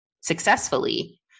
successfully